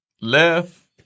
left